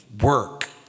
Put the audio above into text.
work